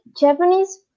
Japanese